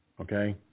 Okay